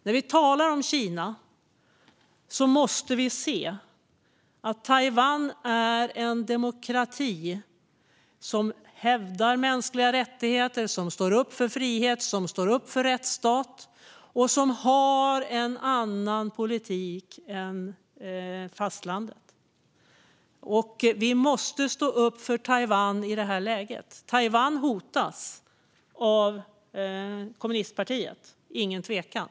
När vi talar om Kina måste vi se att Taiwan är en demokrati som hävdar mänskliga rättigheter, som står upp för frihet och rättsstat och som har en annan politik än fastlandet. Vi måste stå upp för Taiwan i det här läget. Taiwan hotas av kommunistpartiet, inget tvivel om det.